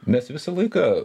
mes visą laiką